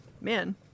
Man